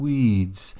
Weeds